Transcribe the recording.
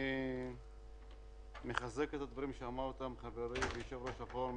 אני מחזק את הדברים שאמר חברי יושב-ראש הפורום,